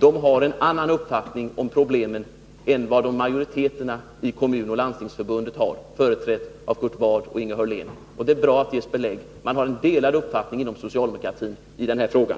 har en annan uppfattning om problemen än den som majoriteterna i Kommunoch Landstingsförbundet har, företrädda av Inge Hörlén resp. Kurt Ward. Det är bra att det ges belägg. Det råder tydligen delade uppfattningar inom socialdemokratin i den här frågan.